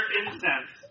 incense